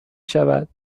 شود